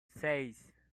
seis